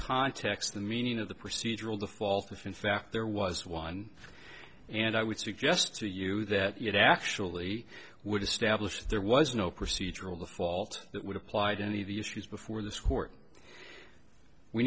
context the meaning of the procedural default if in fact there was one and i would suggest to you that it actually would establish there was no procedural the fault that would apply to any of the issues before this court we